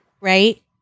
right